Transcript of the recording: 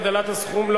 הגדלת הסכום).